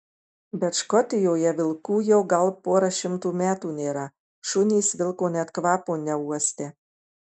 bet škotijoje vilkų jau gal pora šimtų metų nėra šunys vilko net kvapo neuostę